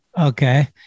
Okay